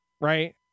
right